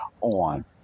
on